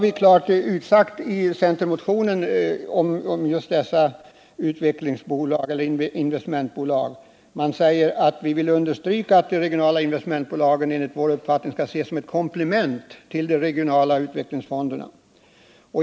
I centermotionen om just dessa investmentbolag har vi klart utsagt att vi ”vill understryka att de regionala investmentbolagen enligt vår uppfattning skall ses som ett komplement till de regionala utvecklingsfonderna.